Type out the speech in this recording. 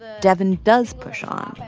devyn does push on.